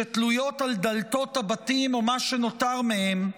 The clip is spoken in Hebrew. שתלויות על דלתות הבתים או מה שנותר מהן,